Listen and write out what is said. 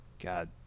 God